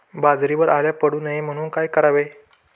बाजरीवर अळ्या पडू नये म्हणून काय करावे?